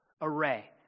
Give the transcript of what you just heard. array